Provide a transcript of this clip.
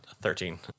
Thirteen